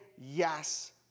yes